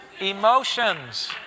Emotions